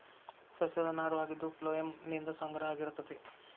ಸಸ್ಯದ ನಾರು ಆಗಿದ್ದು ಪ್ಲೋಯಮ್ ನಿಂದ ಸಂಗ್ರಹ ಆಗಿರತತಿ